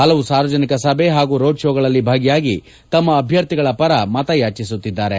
ಹಲವು ಸಾರ್ವಜನಿಕ ಸಭೆ ಹಾಗೂ ರೋಡ್ ಶೋ ಗಳಲ್ಲಿ ಭಾಗಿಯಾಗಿ ತಮ್ಮ ಅಭ್ಯರ್ಥಿಗಳ ಪರ ಮತ ಯಾಚಿಸುತ್ತಿದ್ದಾರೆ